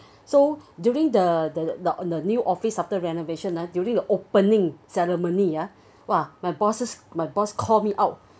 so during the the the on the new office after renovation ah during the opening ceremony ah !wah! my bosses my boss call me out